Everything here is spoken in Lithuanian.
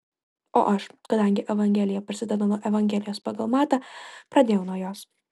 o aš kadangi evangelija prasideda nuo evangelijos pagal matą pradėjau nuo jos